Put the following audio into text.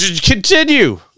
Continue